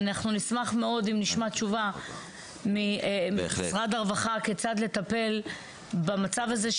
ואנחנו נשמח מאוד אם נשמע תשובה ממשרד הרווחה כיצד לטפל במצב הזה,